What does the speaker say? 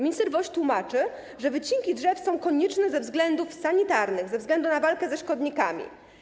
Minister Woś tłumaczy, że wycinki drzew są konieczne ze względów sanitarnych, ze względu na walkę ze szkodnikami.